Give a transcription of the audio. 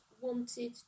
wanted